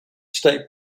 state